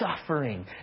suffering